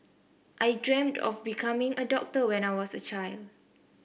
I dreamt of becoming a doctor when I was a child